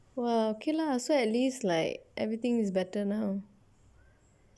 !wah! okay lah so atleast like everything is better now